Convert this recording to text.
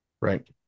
Right